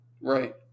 Right